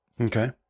Okay